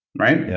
right? yeah